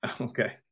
okay